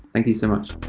thank you so much.